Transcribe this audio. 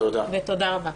תודה רבה.